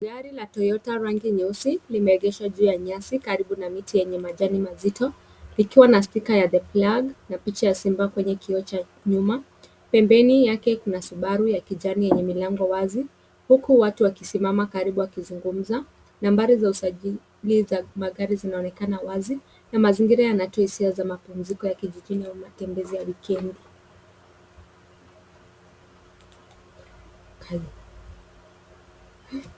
Gari la Toyota rangi nyeusi limeegeshwa juu ya nyasi karibu na miti yenye majani mazito; likiwa na sticker ya The Plug na picha ya simba kwenye kioo cha nyuma. Pembeni yake kuna Subaru ya kijani yenye milango wazi huku watu wakisimama karibu wakizungumza. Nambari za usajili za magari zinaonekana wazi. Mazingira yanatoa hisia za mapumziko ya kijijini na matembezi ya wikendi.